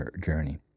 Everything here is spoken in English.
journey